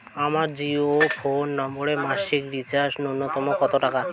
আমার জিও ফোন নম্বরে মাসিক রিচার্জ নূন্যতম কত টাকা?